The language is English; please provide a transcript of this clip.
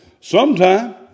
sometime